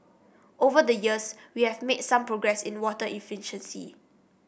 over the years we have made some progress in water efficiency